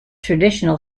traditional